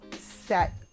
set